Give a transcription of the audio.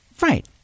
right